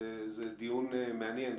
זה דיון מעניין,